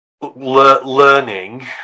learning